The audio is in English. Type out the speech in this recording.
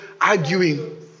arguing